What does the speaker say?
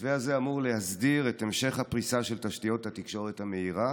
המתווה הזה אמור להסדיר את המשך הפריסה של תשתיות התקשורת המהירה,